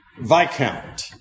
Viscount